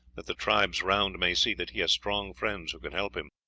that the tribes round may see that he has strong friends who can help him.